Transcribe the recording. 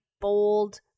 bold